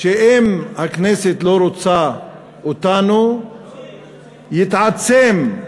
שאם הכנסת לא רוצה אותנו, רוצים,